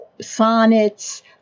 sonnets